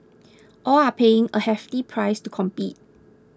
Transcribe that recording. all are paying a hefty price to compete